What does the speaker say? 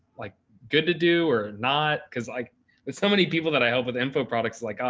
like good to do or not. cause like there's so many people that i help with info products. like,